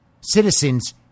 citizens